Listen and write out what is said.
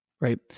right